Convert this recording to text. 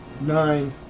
Nine